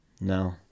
No